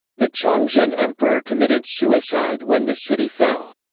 the chongzhen emperor committed suicide when the city fell.